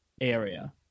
area